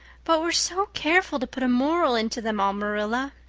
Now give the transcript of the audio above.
but we're so careful to put a moral into them all, marilla,